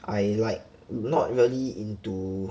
I like not really into